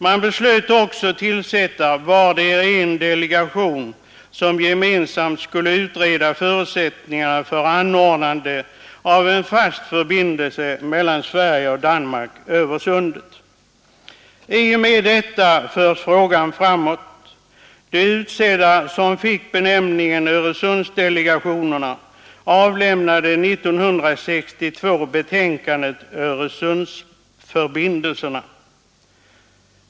Man beslöt också att tillsätta vardera en delegation, som gemensamt skulle utreda förutsättningarna för anordnande av en fast förbindelse mellan Sverige och Danmark över Öresund. I och med detta fördes frågan framåt. De utsedda, som fick benämningen Öresundsdelegationerna, avlämnade 1962 betänkandet Öresundsförbindelserna.